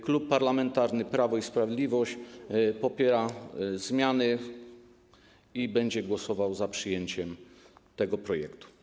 Klub Parlamentarny Prawo i Sprawiedliwość popiera zmiany i będzie głosował za przyjęciem tego projektu.